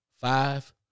Five